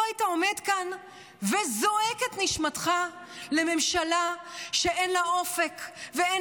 לא היית עומד כאן וזועק את נשמתך על הממשלה שאין לה אופק ואין